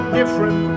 different